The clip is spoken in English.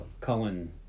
Cullen